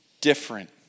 different